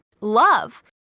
love